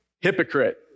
hypocrite